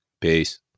peace